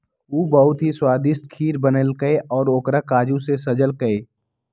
उ बहुत ही स्वादिष्ट खीर बनल कई और ओकरा काजू से सजल कई